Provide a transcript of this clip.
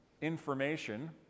information